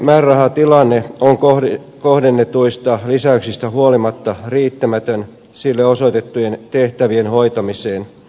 poliisin määrärahatilanne on kohdennetuista lisäyksistä huolimatta riittämätön sille osoitettujen tehtävien hoitamiseen